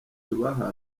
tubaha